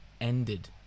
ended